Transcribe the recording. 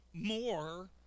more